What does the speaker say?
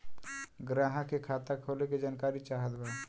ग्राहक के खाता खोले के जानकारी चाहत बा?